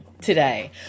today